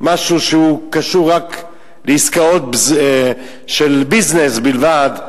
משהו שקשור לעסקאות של ביזנס בלבד,